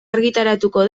argitaratuko